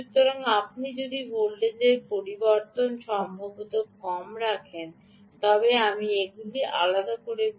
সুতরাং আপনি যদি ভোল্টেজের পরিবর্তন সম্ভবত কম রাখেন তবে আমি এগুলি আলাদা করতে পারি